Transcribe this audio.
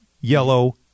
yellow